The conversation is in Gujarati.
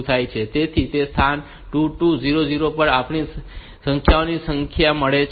તેથી તે સ્થાન 2 2 0 0 પર આપણને સંખ્યાઓની સંખ્યા મળી છે